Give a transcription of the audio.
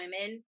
women